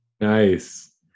nice